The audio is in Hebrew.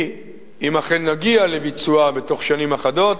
אם אכן נגיע לביצועה בתוך שנים אחדות,